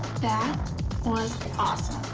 that was awesome.